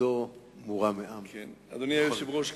אדוני היושב-ראש,